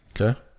Okay